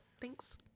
Thanks